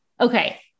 okay